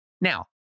Now